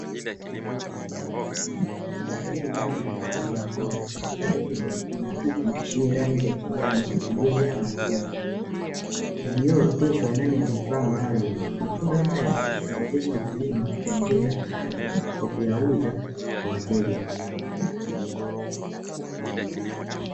Mtu aliyeinama akichuma matunda katika miti mifupi yenye rangi ya kijani iliyojaa matunda; iliyooteshwa ndani ya vifaa maalumu. Matunda haya humwezesha mkulima kuongeza kipato kwa kuyauza kwa wateja.